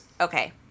Okay